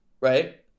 right